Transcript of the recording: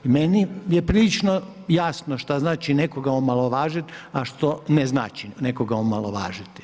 Meni je prilično jasno što znači nekoga omalovažiti, a što ne znači nekoga omalovažiti.